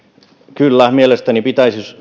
kyllä mielestäni pitäisi